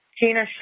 Gina